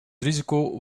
risico